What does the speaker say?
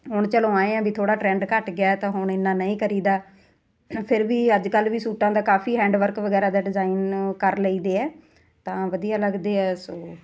ਹੁਣ ਚਲੋ ਐਂ ਹਾਂ ਵੀ ਥੋੜ੍ਹਾ ਟਰੈਂਡ ਘੱਟ ਗਿਆ ਤਾਂ ਹੁਣ ਇੰਨਾ ਨਹੀਂ ਕਰੀਦਾ ਫਿਰ ਵੀ ਅੱਜ ਕੱਲ੍ਹ ਵੀ ਸੂਟਾਂ ਦਾ ਕਾਫ਼ੀ ਹੈਂਡ ਵਰਕ ਵਗੈਰਾ ਦਾ ਡਿਜ਼ਾਇਨ ਕਰ ਲਈ ਦੇ ਹੈ ਤਾਂ ਵਧੀਆ ਲੱਗਦੇ ਆ ਸੋ